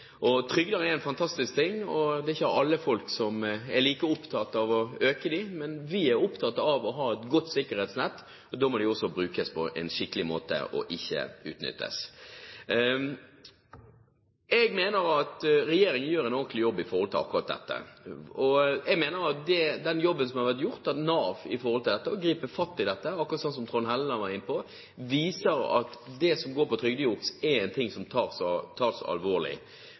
hverandre. Trygder er en fantastisk ting, og det er ikke alle folk som er like opptatt av å øke dem. Men vi er opptatt av å ha et godt sikkerhetsnett, og da må trygder også brukes på en skikkelig måte og ikke utnyttes. Jeg mener at regjeringen gjør en ordentlig jobb når det gjelder akkurat dette. Jeg mener at den jobben som har vært gjort av Nav ved å gripe fatt i dette – akkurat som Trond Helleland var inne på – viser at det som går på trygdejuks, er en ting som tas alvorlig. Vi har, som flere har vært inne på tidligere, både Amal Aden og